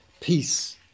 peace